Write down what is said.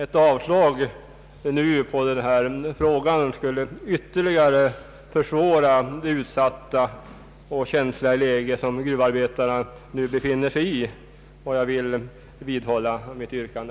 Ett avslag på denna motion skulle ytterligare försvåra det utsatta och känsliga läge som gruvarbetarna nu be finner sig i, och jag vill vidhålla mitt yrkande.